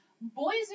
Boys